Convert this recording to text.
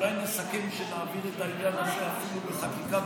אולי נסכם שנעביר את העניין הזה אפילו לחקיקה,